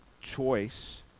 choice